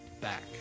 back